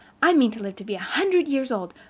i mean to live to be a hundred years old,